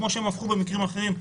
כמו שעשו במקרים אחרים,